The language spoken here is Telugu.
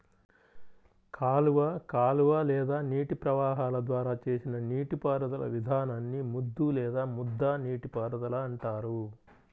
కాలువ కాలువ లేదా నీటి ప్రవాహాల ద్వారా చేసిన నీటిపారుదల విధానాన్ని ముద్దు లేదా ముద్ద నీటిపారుదల అంటారు